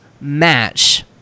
match